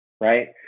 Right